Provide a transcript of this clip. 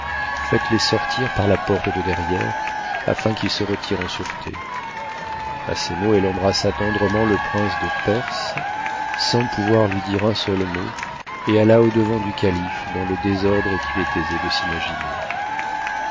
faites-les sortir par la porte de derrière asn qu'ils se retirent en sûreté a a ces mots elle embrassa tendrement le prince de perse sans pouvoir lui dire un seul mot et aua au-devant du calife dans le désordre qu'il est aisé de s'imaginer